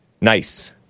nice